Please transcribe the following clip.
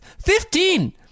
Fifteen